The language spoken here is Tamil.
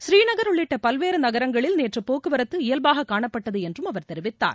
ஸ்ரீநகர் உள்ளிட்ட பல்வேறு நகரங்களில் நேற்று போக்குவரத்து இயல்பாக காணப்பட்டது என்றும் அவர் தெரிவித்தார்